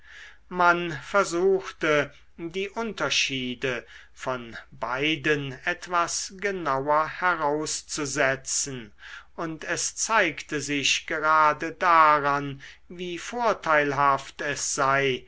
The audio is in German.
man versuchte die unterschiede von beiden etwas genauer herauszusetzen und es zeigte sich gerade daran wie vorteilhaft es sei